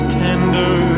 tender